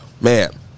man